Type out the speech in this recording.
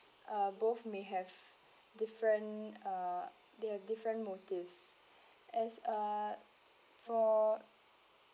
uh both may have different uh they have different motives as uh for